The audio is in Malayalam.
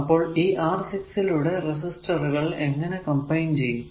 അപ്പോൾ ഈ R 6 ലൂടെ ഈ റെസിസ്റ്ററുകൾ എങ്ങനെ കമ്പൈൻ ചെയ്യും